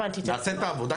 נעשה את העבודה שלכם?